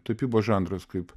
tapybos žanras kaip